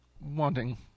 Wanting